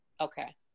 okay